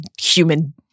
human